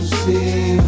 see